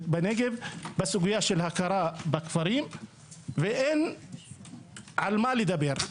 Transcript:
בנגב בסוגית הכרה בכפרים ואין על מה לדבר.